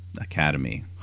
Academy